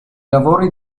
lavori